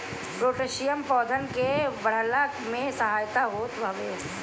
potassium पौधन के बढ़ला में सहायक होत हवे